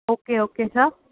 okay okay sir